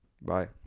Bye